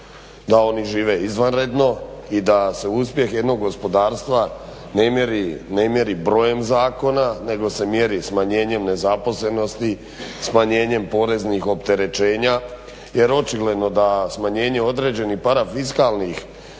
da oni žive izvanredno i da se uspjeh jednog gospodarstva ne mjeri brojem zakona nego se mjeri smanjenjem nezaposlenosti, smanjenjem poreznih opterećenja. Jer očigledno je da smanjenje određenih parafiskalnih